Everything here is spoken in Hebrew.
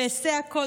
ואעשה הכול